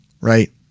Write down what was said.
right